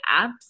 apps